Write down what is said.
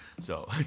so,